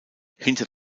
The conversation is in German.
hinter